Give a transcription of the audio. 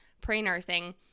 pre-nursing